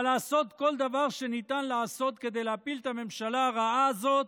אבל לעשות כל דבר שניתן לעשות כדי להפיל את הממשלה הרעה הזאת